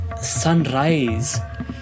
sunrise